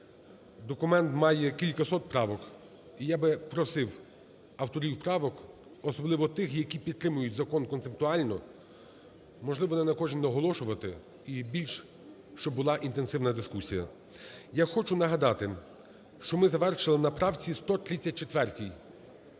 Документ має кількасот правок. І я би просив авторів правок, особливо тих, які підтримують закон концептуально, можливо, не на кожній наголошувати, і більш щоб була інтенсивна дискусія. Я хочу нагадати, що ми завершили на правці 134.